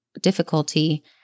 difficulty